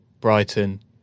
Brighton